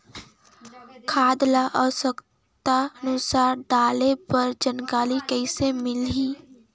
खाद ल आवश्यकता अनुसार डाले बर जानकारी कइसे मिलही?